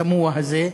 התמוה הזה,